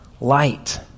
light